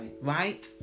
right